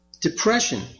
depression